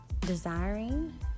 desiring